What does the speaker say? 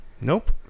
nope